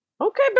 Okay